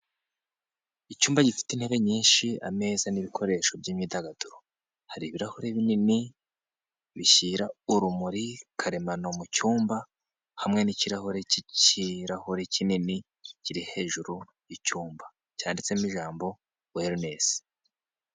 Icyumba gifite intebe nyinshi ameza n'ibikoresho by'imyidagaduro, hari ibirahure binini bishyira urumuri karemano mu cyumba, hamwe n'ikirahure cy'ikirahure kinini kiri hejuru y'icyumba cyanditsemo ijambo welinesi.